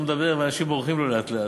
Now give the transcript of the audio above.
הוא מדבר ואנשים בורחים לו לאט-לאט.